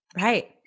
Right